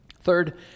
Third